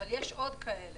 אך יש עוד כאלה.